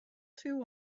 too